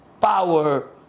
power